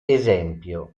esempio